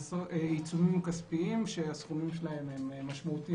עיצומים כספיים שהסכומים שלהם הם משמעותיים